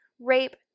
rape